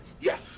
Yes